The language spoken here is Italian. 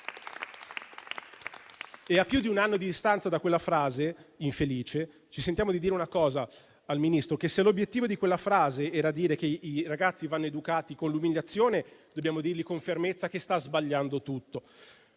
e a più di un anno di distanza da quella frase, infelice, ci sentiamo di dire una cosa al Ministro. Se l'obiettivo di quella frase era dire che i ragazzi vanno educati con l'umiliazione, dobbiamo rispondergli con fermezza che sta sbagliando tutto,